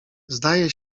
zdaje